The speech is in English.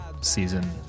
season